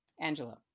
Angelo